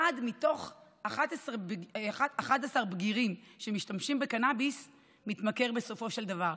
אחד מתוך 11 בגירים שמשתמשים בקנביס מתמכר בסופו של דבר,